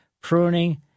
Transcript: Pruning